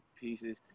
pieces